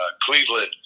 cleveland